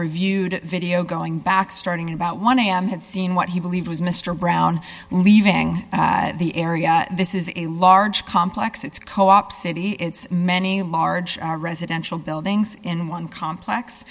reviewed video going back starting about one am had seen what he believed was mr brown leaving the area this is a large complex it's co op city it's many large are residential buildings in one complex